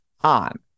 on